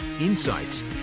insights